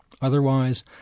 Otherwise